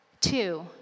Two